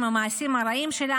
עם המעשים הרעים שלה,